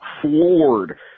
floored